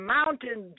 Mountain